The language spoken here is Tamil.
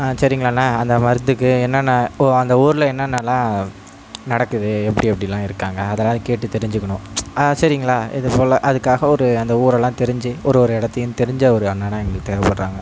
சரிங்களாணா அந்த மருந்துக்கு என்னென்ன ஓ அந்த ஊரில் என்னென்னலாம் நடக்குது எப்படி எப்படிலாம் இருக்காங்க அதெலாம் கேட்டு தெரிஞ்சிக்கணும் சரிங்களா இது போல அதுக்குக்காக ஒரு அந்த ஊரெலாம் தெரிஞ்சு ஒரு ஒரு இடத்தையும் தெரிஞ்ச ஒரு அண்ணனாக எங்களுக்கு தேவப்படறாங்க